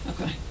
Okay